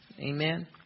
Amen